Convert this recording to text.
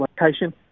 location